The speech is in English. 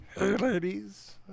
ladies